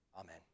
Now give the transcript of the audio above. Amen